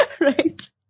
Right